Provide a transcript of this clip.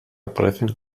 aparecen